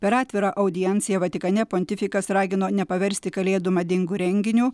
per atvirą audienciją vatikane pontifikas ragino nepaversti kalėdų madingu renginiu